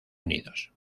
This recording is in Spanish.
unidos